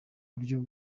buryo